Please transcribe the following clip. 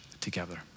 together